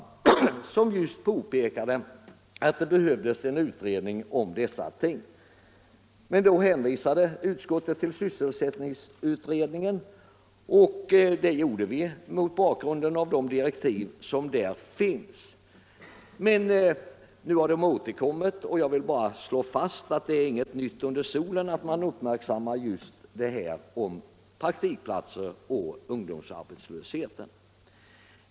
I den motionen påpekades just att det behövdes en utredning om dessa ting, men då hänvisade utskottet till sysselsättningsutredningen mot bakgrunden av de direktiv som den har fått. Nu har de här kraven återkommit, och jag vill bara slå fast att ingenting är nytt under solen.